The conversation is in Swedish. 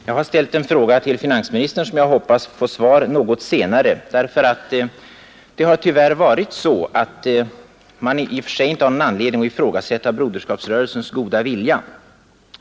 Herr talman! Jag har ställt en fråga till finansministern som jag hoppas få svar på något senare. Vi har inte i och för sig haft någon anledning att ifrågasätta broderskapsrörelsens goda vilja.